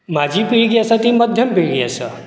म्हाजी पिळगी आसा ती मध्यम पिळगी आसा